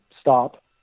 stop